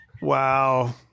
Wow